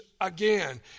again